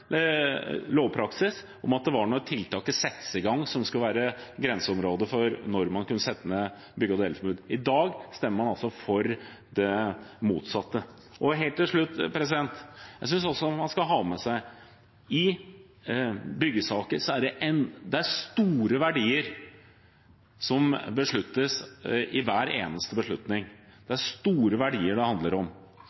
lovpraksis – at det var når tiltaket ble satt i gang, som skulle være grenseområde for når man kunne sette ned bygge- og deleforbud. I dag stemmer man altså for det motsatte. Helt til slutt: Jeg synes også man skal ha med seg at i byggesaker er det store verdier som besluttes – i hver eneste beslutning. Det er store verdier